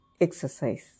exercise